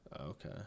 Okay